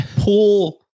pull